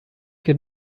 che